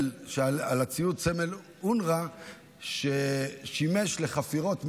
סמל אונר"א על ציוד ששימש לחפירות מנהרות,